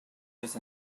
just